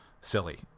silly